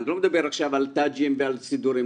אני לא מדבר עכשיו על תג'ים ועל סידורים,